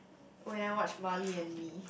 when I watch Marley and Me